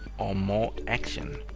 or more action.